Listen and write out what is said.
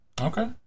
Okay